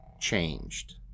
changed